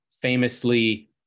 Famously